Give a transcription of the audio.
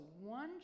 one